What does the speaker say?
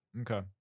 Okay